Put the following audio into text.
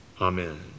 Amen